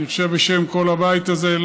אני חושב בשם כל הבית הזה,